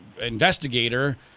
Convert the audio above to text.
investigator